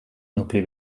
nucli